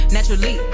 Naturally